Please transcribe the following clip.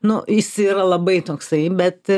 nu jis yra labai toksai bet